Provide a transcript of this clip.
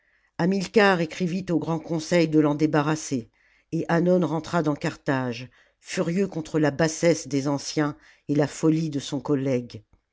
i écrivit au grand conseil de l'en débarrasser et hannon rentra dans carthage furieux contre la bassesse des anciens et la folie de son collègue